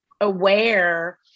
aware